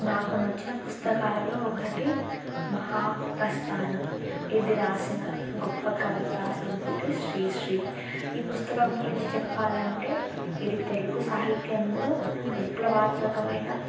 నాకు నచ్చిన పుస్తకాలలో ఒకటి మహాప్రస్థానం ఇది రాసిన గొప్ప కవితా సంపుటి శ్రీశ్రీ ఈ పుస్తకం గురించి చెప్పాలంటే ఇది తెలుగు సాహిత్యంలో విప్లవాత్మకమైన